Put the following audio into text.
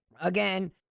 Again